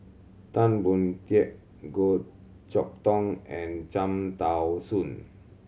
Tan Boon Teik Goh Chok Tong and Cham Tao Soon